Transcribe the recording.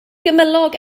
gymylog